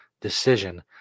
decision